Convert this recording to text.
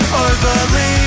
overly